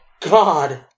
god